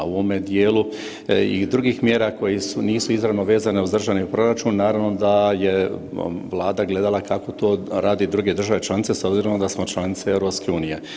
U ovome dijelu i drugih mjera koji nisu izravno vezane uz državni proračun, naravno da je Vlada gledala kako to rade druge države članice s obzirom da smo članice EU.